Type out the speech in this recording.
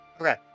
Okay